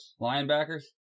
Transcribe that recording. Linebackers